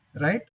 right